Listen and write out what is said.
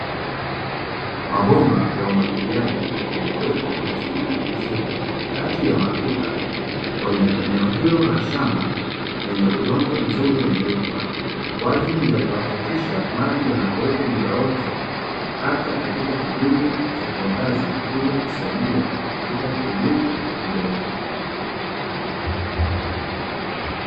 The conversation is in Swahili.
Mabomba ya umwagiliaji yaliyowekwa kwenye mfumo mzuri katikati ya matuta kwenye eneo hilo la shamba lenye udongo mzuri wenye rutuba, kwa ajili ya kuhakikisha maji yanakuwepo muda wote hata katika kipindi cha kiangazi na hivyo kusaidia katika kilimo endelevu.